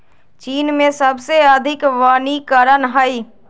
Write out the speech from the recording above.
चीन में सबसे अधिक वनीकरण हई